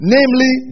Namely